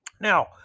Now